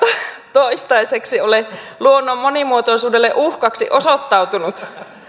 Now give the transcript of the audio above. toistaiseksi ole luonnon monimuotoisuudelle uhkaksi osoittautunut